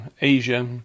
Asia